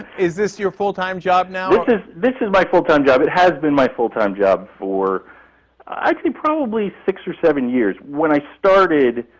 is this your full-time job now? this this is my full-time job. it has been my full-time job for i'd say probably six or seven years. when i started,